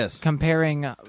comparing